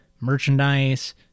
merchandise